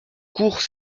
cours